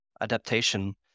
adaptation